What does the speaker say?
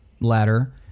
ladder